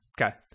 Okay